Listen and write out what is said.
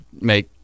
make